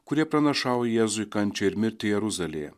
kurie pranašauja jėzui kančią ir mirtį jeruzalėje